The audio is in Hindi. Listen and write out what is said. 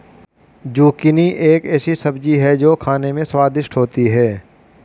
जुकिनी एक ऐसी सब्जी है जो खाने में स्वादिष्ट होती है